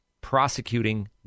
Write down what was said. prosecuting